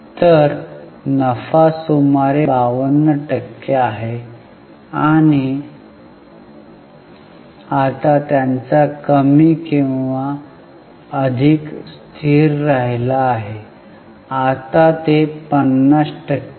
तर नफा सुमारे 52 टक्के आहे आणि आता त्यांचा कमी किंवा अधिक स्थिर राहिला आहे आता ते 50 टक्के आहेत